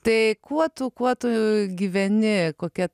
tai kuo tu kuo tu gyveni kokia